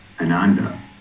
Ananda